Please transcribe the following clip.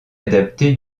adaptée